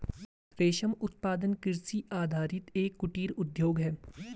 रेशम उत्पादन कृषि आधारित एक कुटीर उद्योग है